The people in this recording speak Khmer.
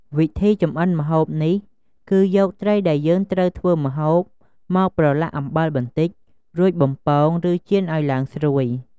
វិធីចម្អិនម្ហូបនេះ គឺយកត្រីដែលយើងត្រូវធ្វើម្ហូបមកប្រឡាក់អំបិលបន្តិច រួចបំពងឬចៀនឲ្យឡើងស្រួយ។